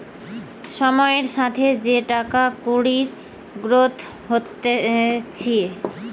সময়ের সাথে যে টাকা কুড়ির গ্রোথ হতিছে